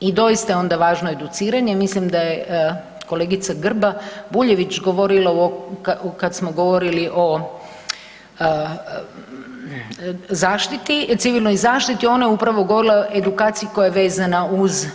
I doista je onda važno educiranje, mislim da je kolegica Grba Bujević govorila kad smo govorili o zaštiti, civilnoj zaštiti ona je upravo govorila o edukaciji koja je vezana uz